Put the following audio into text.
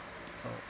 so